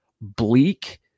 bleak